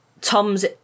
Tom's